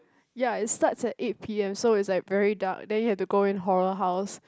ya it starts at eight P_M so it's like very dark then you have to go in horror house